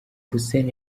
hussein